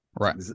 right